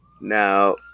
now